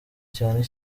cyane